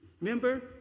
Remember